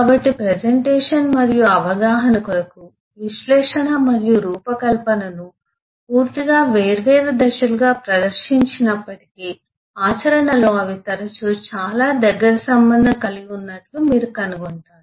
కాబట్టి ప్రెజెంటేషన్ మరియు అవగాహన కొరకు విశ్లేషణ మరియు రూపకల్పనను పూర్తిగా వేర్వేరు దశలుగా ప్రదర్శించినప్పటికీ ఆచరణలో అవి తరచూ చాలా దగ్గరి సంబంధం కలిగి ఉన్నట్లు మీరు కనుగొంటారు